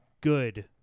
good